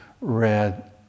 read